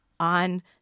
On